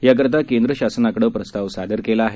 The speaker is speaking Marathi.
याकरीता केंद्र शासनाकडे प्रस्ताव सादर केला आहे